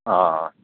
ꯑꯥ